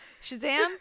Shazam